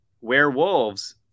werewolves